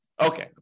Okay